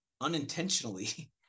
unintentionally